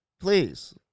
Please